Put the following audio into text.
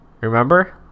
Remember